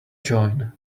join